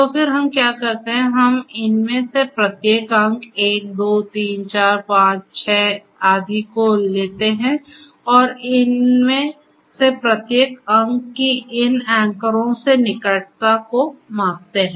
तो फिर हम क्या करते हैं हम इनमें से प्रत्येक अंक 1 2 3 4 5 6 आदि को लेते हैं और हम इनमें से प्रत्येक अंक की इन एंकरों से निकटता को मापते हैं